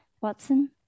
Watson